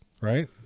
Right